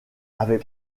avait